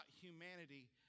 humanity